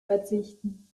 verzichten